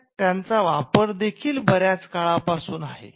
व्यवसायात त्यांचा वापर देखील बर्याच काळापासून आहे